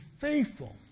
faithful